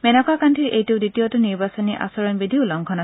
মেনকা গান্ধীৰ এইটো দ্বিতীয়টো নিৰ্বাচনী আচৰণ বিধি উলংঘন